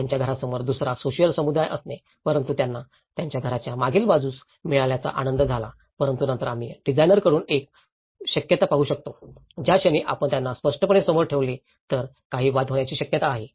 त्यांच्या घरासमोर दुसरा सोशिअल समुदाय असणे परंतु त्यांना त्यांच्या घराच्या मागील बाजूस मिळाल्याचा आनंद झाला परंतु नंतर आम्ही डिझाइनरकडून एक शक्यता पाहू शकतो ज्या क्षणी आपण त्यांना स्पष्टपणे समोर ठेवले तर काही वाद होण्याची शक्यता आहे